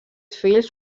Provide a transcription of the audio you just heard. fills